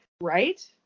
Right